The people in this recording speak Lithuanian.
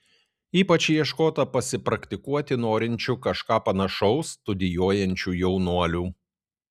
ypač ieškota pasipraktikuoti norinčių kažką panašaus studijuojančių jaunuolių